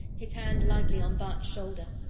his hand lightly on bart's shoulder.